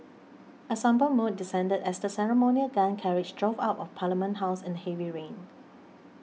a sombre mood descended as the ceremonial gun carriage drove out of Parliament House in the heavy rain